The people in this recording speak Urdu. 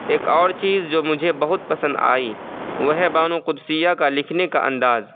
ایک اور چیز جو مجھے بہت پسند آئی وہ ہے بانو قدسیہ کا لکھنے کا انداز